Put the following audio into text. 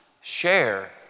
share